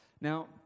Now